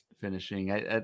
finishing